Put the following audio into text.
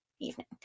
evening